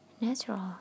natural